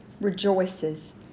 rejoices